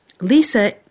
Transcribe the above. Lisa